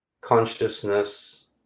consciousness